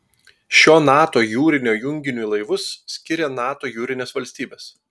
šio nato jūrinio junginiui laivus skiria nato jūrinės valstybės